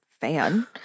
fan